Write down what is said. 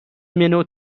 منو